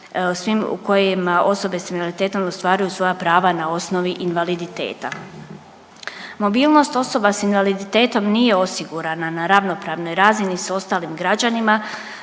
u kojima osobe s invaliditetom ostvaruju svoja prava na osnovi invaliditeta. Mobilnost osoba s invaliditetom nije osigurana na ravnopravnoj razini s ostalim građanima